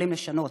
יכולים לשנות: